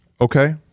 Okay